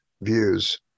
views